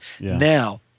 Now